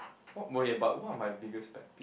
what okay but what are my biggest pet peeve